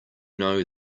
know